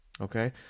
okay